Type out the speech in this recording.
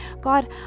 God